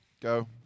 go